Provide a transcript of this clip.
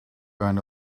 earn